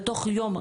בתוך יום,